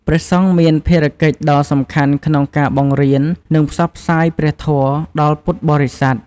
ព្រះសង្ឃមានភារកិច្ចដ៏សំខាន់ក្នុងការ បង្រៀន និងផ្សព្វផ្សាយព្រះធម៌ ដល់ពុទ្ធបរិស័ទ។